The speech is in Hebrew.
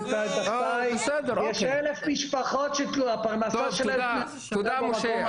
יש אלף משפחות שהפרנסה שלהם תלויה במקום הזה.